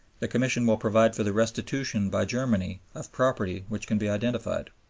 the commission will provide for the restitution by germany of property which can be identified.